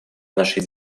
нашей